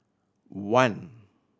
one